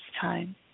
time